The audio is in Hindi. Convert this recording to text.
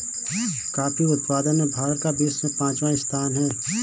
कॉफी उत्पादन में भारत का विश्व में पांचवा स्थान है